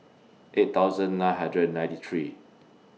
eight thousand nine hundred and ninety three